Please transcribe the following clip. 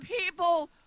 people